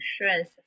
insurance